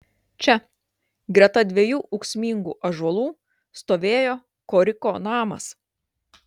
čia greta dviejų ūksmingų ąžuolų stovėjo koriko namas